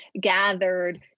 gathered